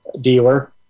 dealer